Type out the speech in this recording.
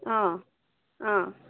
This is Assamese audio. অঁ অঁ